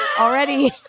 already